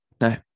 No